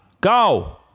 Go